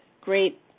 great